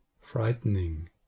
frightening